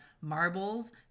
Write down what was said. marbles